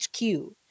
HQ